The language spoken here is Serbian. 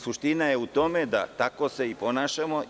Suština je u tome, tako se i ponašamo.